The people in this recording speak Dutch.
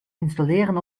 installeren